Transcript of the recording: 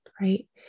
right